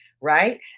right